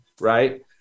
right